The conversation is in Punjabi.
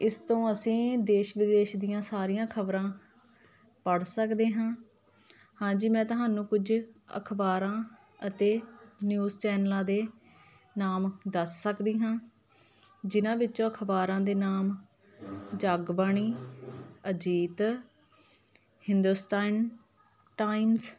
ਇਸ ਤੋਂ ਅਸੀਂ ਦੇਸ਼ ਵਿਦੇਸ਼ ਦੀਆਂ ਸਾਰੀਆਂ ਖਬਰਾਂ ਪੜ੍ਹ ਸਕਦੇ ਹਾਂ ਹਾਂਜੀ ਮੈਂ ਤੁਹਾਨੂੰ ਕੁਝ ਅਖਬਾਰਾਂ ਅਤੇ ਨਿਊਜ਼ ਚੈਨਲਾਂ ਦੇ ਨਾਮ ਦੱਸ ਸਕਦੀ ਹਾਂ ਜਿਹਨਾਂ ਵਿੱਚੋਂ ਅਖਬਾਰਾਂ ਦੇ ਨਾਮ ਜੱਗ ਬਾਣੀ ਅਜੀਤ ਹਿੰਦੁਸਤਾਨ ਟਾਈਮਸ